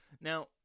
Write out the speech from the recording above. Now